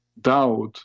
doubt